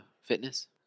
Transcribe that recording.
fitness